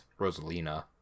Rosalina